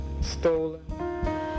stolen